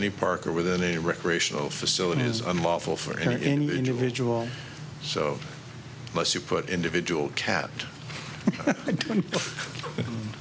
any park or within a recreational facility is unlawful for any individual so lets you put individual cat